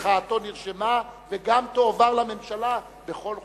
מחאתו נרשמה וגם תועבר לממשלה בכל חומרתה.